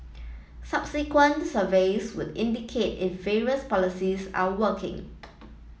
subsequent surveys would indicate if various policies are working